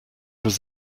was